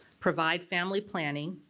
provide family planning,